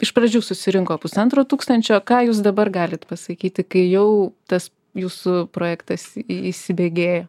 iš pradžių susirinko pusantro tūkstančio ką jūs dabar galit pasakyti kai jau tas jūsų projektas įsibėgėja